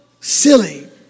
silly